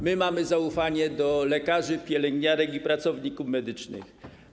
My mamy zaufanie do lekarzy, pielęgniarek i pracowników medycznych.